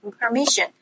permission